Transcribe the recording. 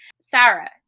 Sarah